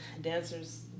dancers